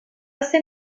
ser